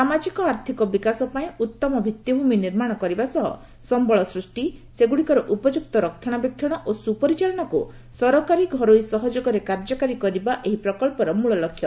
ସାମାଜିକ ଆର୍ଥିକ ବିକାଶ ପାଇଁ ଉତ୍ତମ ଭିଭିଭୂମି ନିର୍ମାଣ କରିବା ସହ ସମ୍ଭଳ ସୃଷ୍ଟି ସେଗ୍ରଡ଼ିକର ଉପଯୁକ୍ତ ରକ୍ଷଣବେକ୍ଷଣ ଓ ସ୍ରପରିଚାଳନାକୁ ସରକାରୀ ଘରୋଇ ସହଯୋଗରେ କାର୍ଯ୍ୟକାରୀ କରିବା ଏହି ପ୍ରକଳ୍ପର ମୂଳ ଲକ୍ଷ୍ୟ